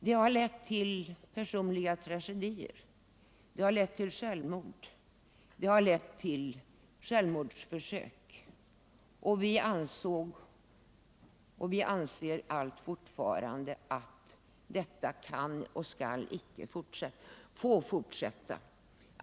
Det har lett till personliga tragedier, det har lett till självmord, det har lett till självmordsförsök, och vi ansåg och anser alltjämt att detta inte kan och icke skall få fortsätta.